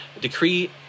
Decree